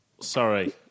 sorry